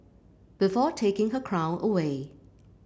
before taking her crown away